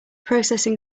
processing